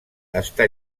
està